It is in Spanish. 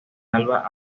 alba